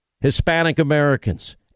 Hispanic-Americans